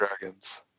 dragons